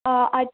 आट